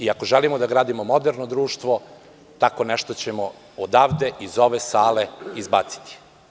Ako želimo da gradimo moderno društvo, tako nešto ćemo odavde iz ove sale izbaciti.